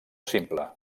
simple